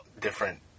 different